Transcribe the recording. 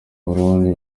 burundi